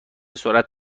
سرعت